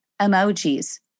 emojis